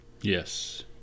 Yes